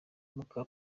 muka